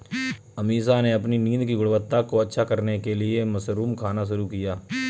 अमीषा ने अपनी नींद की गुणवत्ता को अच्छा करने के लिए मशरूम खाना शुरू किया